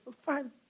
fine